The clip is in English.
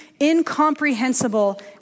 incomprehensible